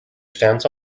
stance